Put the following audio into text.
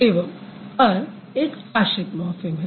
एवं अर एक आश्रित मॉर्फ़िम है